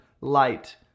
light